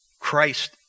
Christ